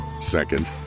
Second